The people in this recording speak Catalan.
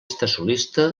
solista